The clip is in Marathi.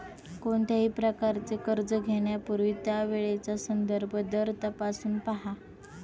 कोणत्याही प्रकारचे कर्ज घेण्यापूर्वी त्यावेळचा संदर्भ दर तपासून पहा